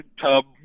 tub